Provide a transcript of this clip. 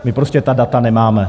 My prostě ta data nemáme.